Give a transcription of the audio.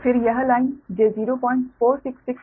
फिर यह line j0466 pu है